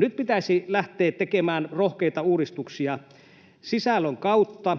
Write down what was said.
Nyt pitäisi lähteä tekemään rohkeita uudistuksia sisällön kautta,